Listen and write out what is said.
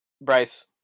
Bryce